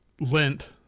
Lint